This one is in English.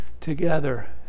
together